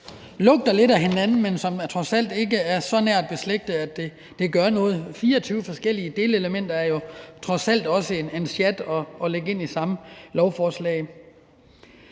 lugter lidt af hinanden, men som trods alt ikke er så nært beslægtede, at det gør noget. 24 forskellige delelementer er jo trods alt også en sjat at lægge ind i samme lovforslag